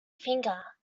finger